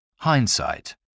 Hindsight